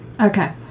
Okay